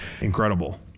incredible